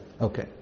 okay